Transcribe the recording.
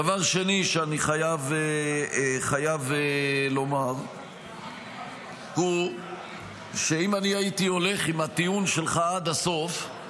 דבר שני שאני חייב לומר הוא שאם הייתי הולך עם הטיעון שלך עד הסוף,